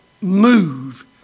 move